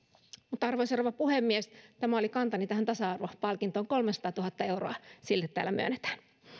mutta arvoisa rouva puhemies tämä oli kantani tähän tasa arvopalkintoon kolmesataatuhatta euroa sille täällä myönnetään